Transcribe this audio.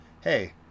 hey